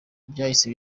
byahise